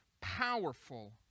powerful